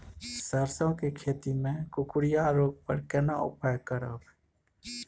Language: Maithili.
सरसो के खेती मे कुकुरिया रोग पर केना उपाय करब?